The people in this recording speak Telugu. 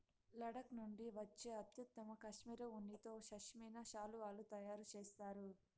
లడఖ్ నుండి వచ్చే అత్యుత్తమ కష్మెరె ఉన్నితో పష్మినా శాలువాలు తయారు చేస్తారు